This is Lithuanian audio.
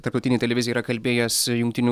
tarptautinei televizijai yra kalbėjęs jungtinių